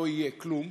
לא יהיה כלום,